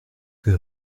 que